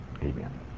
Amen